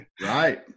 Right